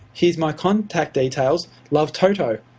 here's my contact details. love, toto.